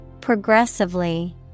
Progressively